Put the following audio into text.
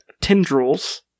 tendrils